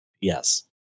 Yes